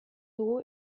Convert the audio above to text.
dugu